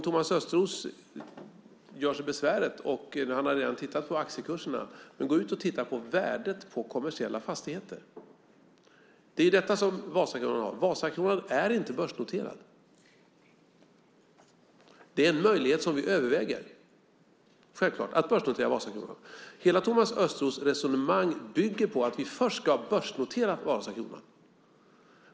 Thomas Östros har ju redan tittat på aktiekurserna, men han kan också göra sig besväret att gå ut och titta på värdet på kommersiella fastigheter. Detta gäller Vasakronan. Vasakronan är inte börsnoterat. Det är självklart en möjlighet som vi överväger att börsnotera Vasakronan. Hela Thomas Östros resonemang bygger på att vi först ska ha börsnoterat Vasakronan.